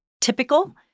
typical